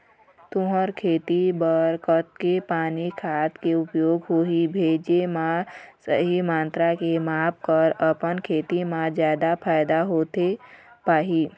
तुंहर के खेती बर कतेक पानी खाद के उपयोग होही भेजे मा सही मात्रा के माप कर अपन खेती मा जादा फायदा होथे पाही?